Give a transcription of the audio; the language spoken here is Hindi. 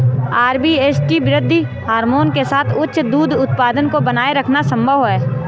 आर.बी.एस.टी वृद्धि हार्मोन के साथ उच्च दूध उत्पादन को बनाए रखना संभव है